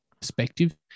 perspective